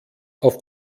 auf